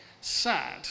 sad